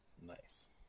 Nice